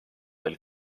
veel